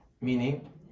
Meaning